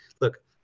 look